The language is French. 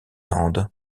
landes